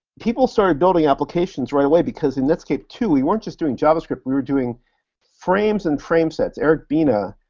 people started building applications right away because in netscape two, we weren't just doing javascript. we were doing frames and framesets. eric bina,